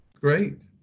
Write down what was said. Great